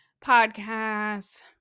podcasts